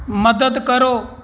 ਮਦਦ ਕਰੋ